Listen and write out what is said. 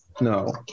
No